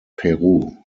peru